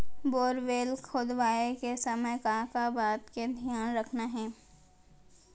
Borewell खोदवाए के समय का का बात के धियान रखना हे?